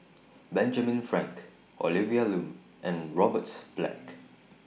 Benjamin Frank Olivia Lum and Robert Black